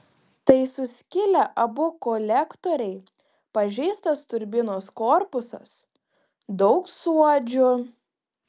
tai suskilę abu kolektoriai pažeistas turbinos korpusas daug suodžių